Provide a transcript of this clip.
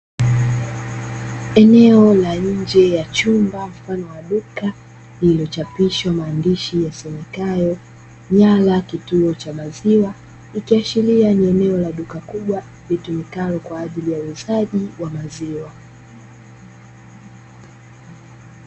Eneo la nje ya chumba mfano wa duka lilichapishwa maandishi yasemekayo, "Nyala kituo cha maziwa" ikiashiria ni eneo la duka kubwa litumikalo kwa ajili ya uuzaji wa maziwa.